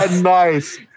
Nice